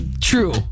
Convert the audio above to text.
True